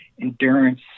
endurance